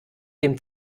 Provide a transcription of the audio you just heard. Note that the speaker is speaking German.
dem